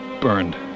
burned